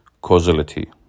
causality